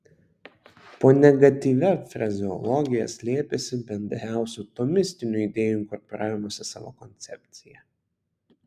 po negatyvia frazeologija slėpėsi bendriausių tomistinių idėjų inkorporavimas į savo koncepciją